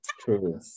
True